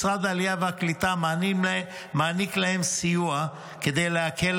משרד העלייה והקליטה מעניק להם סיוע כדי להקל